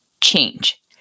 change